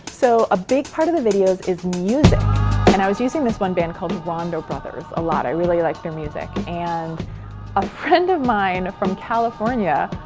so a big part of the videos is music and i was using this one band called rondo brothers a lot, i really liked their music and a um friend of mine from california,